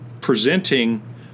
presenting